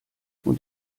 und